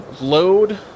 load